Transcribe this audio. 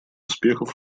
успехов